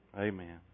Amen